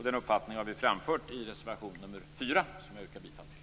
Den uppfattningen har vi framfört i reservation nr 4, som jag yrkar bifall till.